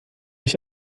ich